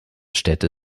städte